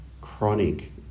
chronic